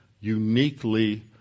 uniquely